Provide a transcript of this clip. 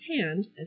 hand